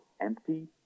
empty